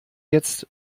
jetzt